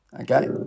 Okay